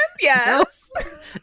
Yes